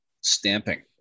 stamping